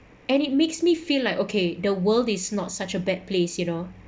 and it makes me feel like okay the world is not such a bad place you know